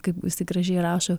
kaip jisai gražiai rašo